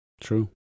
true